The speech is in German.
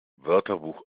wörterbuch